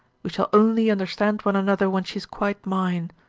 we shall only understand one another when she is quite mine.